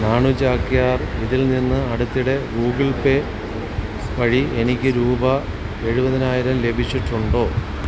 നാണു ചാക്യാർ ഇതിൽ നിന്ന് അടുത്തിടെ ഗൂഗിൾ പേ വഴി എനിക്ക് രൂപ എഴുപതിനായിരം ലഭിച്ചിട്ടുണ്ടോ